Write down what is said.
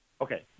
Okay